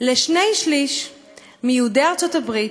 לשני-שלישים מיהודי ארצות-הברית,